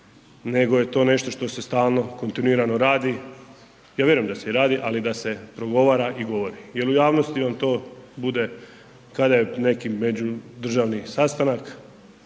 nego je to nešto što se stalno, kontinuirano radi, ja vjerujem da se i radi ali i da se progovara i govori jer u javnosti on to bude kada je neki međudržavni sastanak